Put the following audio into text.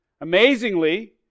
Amazingly